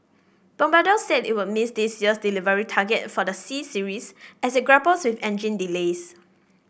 bombardier said it would miss this year's delivery target for the C Series as it grapples with engine delays